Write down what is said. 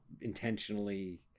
intentionally